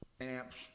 amps